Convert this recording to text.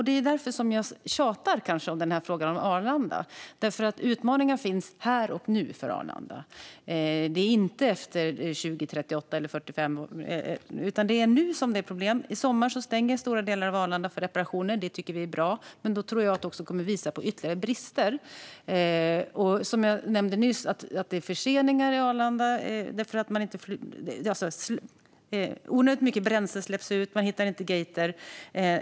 Det är därför som jag tjatar om frågan om Arlanda, för utmaningar finns här och nu för Arlanda. Det är inte efter 2038 eller 2045, utan det är nu som det är problem. I sommar stänger stora delar av Arlanda för reparationer. Det tycker vi är bra. Men jag tror att det också kommer att visa på ytterligare brister. Som jag nämnde nyss är det förseningar på Arlanda, onödigt mycket bränsle släpps ut och man hittar inte gater.